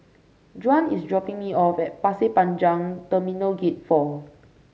Juan is dropping me off at Pasir Panjang Terminal Gate Four